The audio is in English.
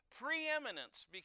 preeminence